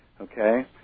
Okay